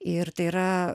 ir tai yra